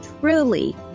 truly